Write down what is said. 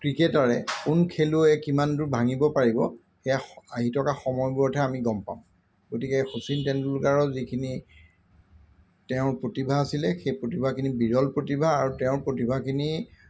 ক্ৰিকেটাৰে কোন খেলুৱৈয়ে কিমান দূৰ ভাঙিব পাৰিব সেয়া আহি থকা সময়বোৰতহে আমি গম পাম গতিকে শচীন তেণ্ডুলকাৰৰ যিখিনি তেওঁৰ প্ৰতিভা আছিলে সেই প্ৰতিভাখিনি বিৰল প্ৰতিভা আৰু তেওঁৰ প্ৰতিভাখিনি